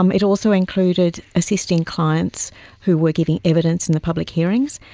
um it also included assisting clients who were giving evidence in the public hearings,